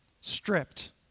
stripped